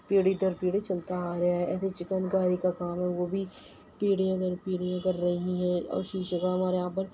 پیڑھی در پیڑھی چلتا آ رہا ہے ایسے ہی چکن کاری کا کام ہے وہ بھی پیڑھیاں در پیڑھیاں کر رہی ہیں اور شیشے کا کام ہمارے یہاں پر